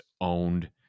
owned